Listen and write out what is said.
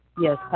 yes